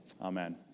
Amen